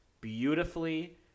beautifully